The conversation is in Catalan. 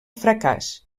fracàs